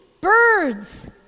birds